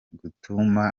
gutuma